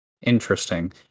interesting